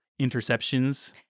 interceptions